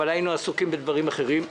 אבל היינו עסוקים בדברים אחרים.